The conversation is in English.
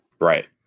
Right